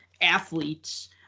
athletes